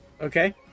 Okay